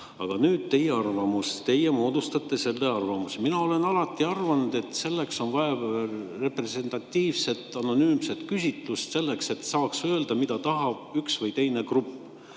Aga nüüd teie arvamus. Teie moodustate selle arvamuse. Mina olen alati arvanud, et selleks on vaja representatiivset anonüümset küsitlust, et saaks öelda, mida tahab üks või teine grupp.